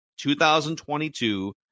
2022